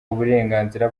uburenganzira